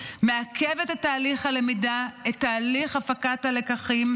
מעכבת את תהליך הלמידה ואת תהליך הפקת הלקחים,